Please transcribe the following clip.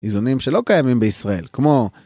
איזונים שלא קיימים בישראל כמו